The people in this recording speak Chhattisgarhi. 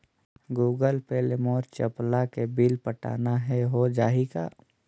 गूगल पे ले मोल चपला के बिल पटाना हे, हो जाही का?